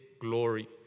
glory